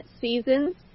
seasons